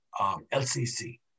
LCC